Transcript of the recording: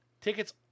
tickets